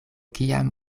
kiam